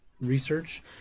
research